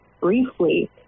briefly